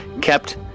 kept